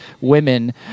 women